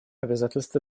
обязательства